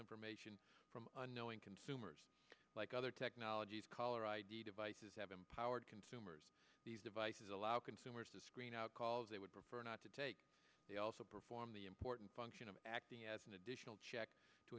information from unknowing consumers like other technologies caller id devices have empowered consumers these devices allow consumers to screen out calls they would prefer not to take they also perform the important function of acting as an additional check to